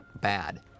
bad